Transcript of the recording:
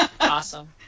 Awesome